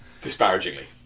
disparagingly